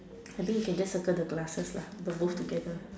I think can just circle the glasses lah the both together